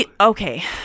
Okay